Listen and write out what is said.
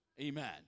Amen